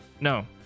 No